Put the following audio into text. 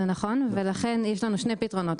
זה נכון, ולכן יש לנו שני פתרונות.